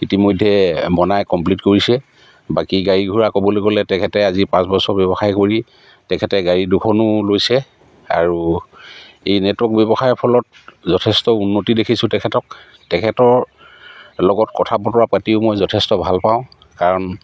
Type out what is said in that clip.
ইতিমধ্যে বনাই কমপ্লিট কৰিছে বাকী গাড়ী ঘোঁৰা ক'বলৈ গ'লে তেখেতে আজি পাঁচ বছৰ ব্যৱসায় কৰি তেখেতে গাড়ী দুখনো লৈছে আৰু এই নেটৱৰ্ক ব্যৱসায়ৰ ফলত যথেষ্ট উন্নতি দেখিছোঁ তেখেতক তেখেতৰ লগত কথা বতৰা পাতিও মই যথেষ্ট ভাল পাওঁ কাৰণ